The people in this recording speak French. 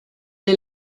est